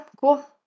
cool